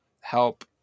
help